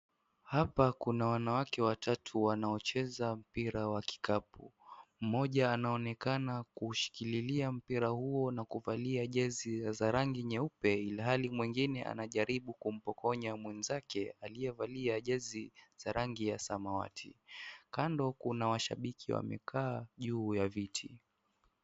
Hapa kuna wanawake watatu wanaocheza mpira wa kikapu, mmoja anaonekana kuushikililia mpira huo na kuvalia jezi za rangi nyeupe ilhali mwingine anajaribu kumpokonya mwenzake aliyevalia jezi za rangi ya samawati, kando kuna washabiki wamekaa juu ya viti.